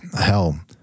hell